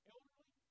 Elderly